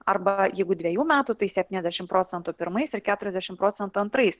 arba jeigu dvejų metų tai septyniasdešimt procentų pirmais ir keturiasdešimt procentų antrais